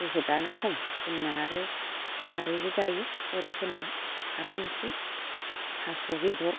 बुहुदआनो खम जोंना आरो खारैबो जायो बर'फोरना खारै ओंख्रि थास' बेदर